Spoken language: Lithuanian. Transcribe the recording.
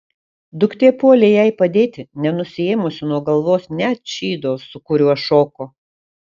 duktė puolė jai padėti nenusiėmusi nuo galvos net šydo su kuriuo šoko